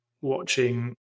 watching